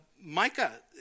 Micah